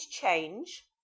change